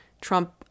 Trump